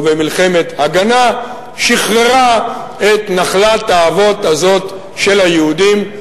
ובמלחמת הגנה שחררה את נחלת האבות הזאת של היהודים.